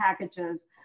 packages